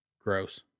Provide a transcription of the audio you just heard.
gross